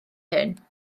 hyn